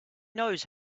knows